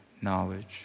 knowledge